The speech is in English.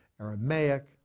Aramaic